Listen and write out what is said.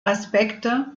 aspekte